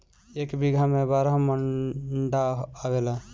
एक बीघा में बारह मंडा आवेला